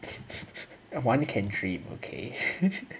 one can dream okay